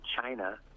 China